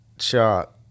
shot